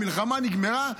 המלחמה נגמרה,